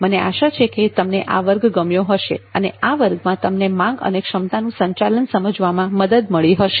મને આશા છે કે તમને આ વર્ગ ગમ્યો હશે અને આ વર્ગમાં તમને માંગ અને ક્ષમતાનું સંચાલન સમજવામાં મદદ મળી હશે